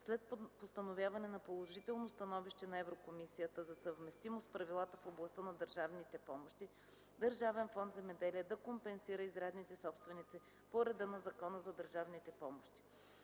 след постановяване на положително становище на ЕК за съвместимост с правилата в областта на държавните помощи, Държавен фонд „Земеделие” да компенсира изрядните собственици по реда на Закона за държавните помощи.